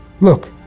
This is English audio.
Look